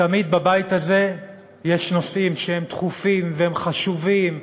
תמיד בבית הזה יש נושאים שהם דחופים והם חשובים: